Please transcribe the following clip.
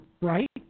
right